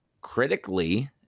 critically